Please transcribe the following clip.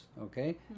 okay